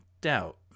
doubt